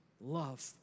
love